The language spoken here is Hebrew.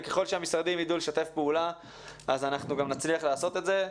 וככל שהמשרדים יידעו לשתף פעולה גם נצליח לעשות את זה.